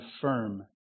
firm